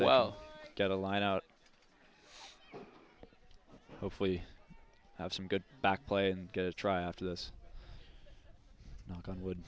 well get a line out hopefully have some good back play and try after this knock on wood